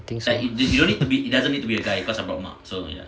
I think so